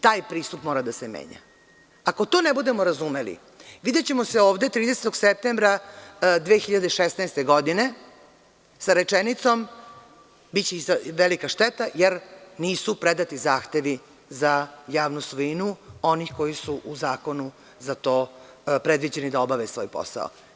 Taj pristup mora da se menja, ako to ne budemo razumeli videćemo se ovde 30. septembra 2016. godine sa rečenicom – biće velika šteta, jer nisu predati zahtevi za javnu svojinu onih koji su u zakonu za to predviđeni da obave svoj posao.